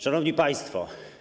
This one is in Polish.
Szanowni Państwo!